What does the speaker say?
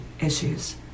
issues